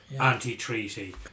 anti-Treaty